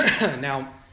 Now